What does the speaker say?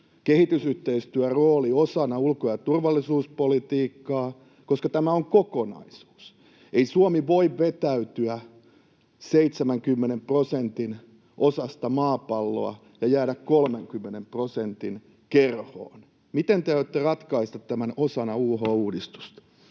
kehitysyhteistyön rooli osana ulko‑ ja turvallisuuspolitiikkaa, koska tämä on kokonaisuus? Ei Suomi voi vetäytyä 70 prosentin osasta maapalloa ja jäädä 30 prosentin kerhoon. Miten te aiotte ratkaista tämän osana UH-uudistusta?